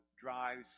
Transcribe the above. drives